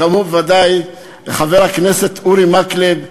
חבר הכנסת אורי מקלב,